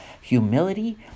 Humility